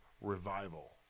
revival